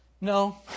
No